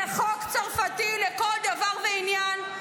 זה חוק צרפתי לכל דבר ועניין,